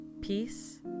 peace